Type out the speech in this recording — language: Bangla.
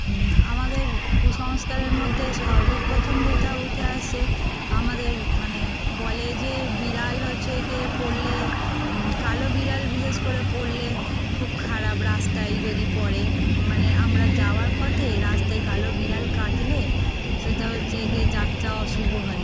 আমাদের কুসংস্কারের মধ্যে সর্বপ্রথম যেটা উঠে আসে আমাদের মানে বলে যে বিড়াল হচ্ছে গিয়ে পড়লে কালো বিড়াল বিশেষ করে পড়লে খুব খারাপ রাস্তায় যদি পরে মানে আমরা যাওয়ার পথে রাস্তায় কালো বিড়াল কাটলে সেটা হচ্ছে ক যাত্রা অশুভ হয়